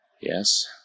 yes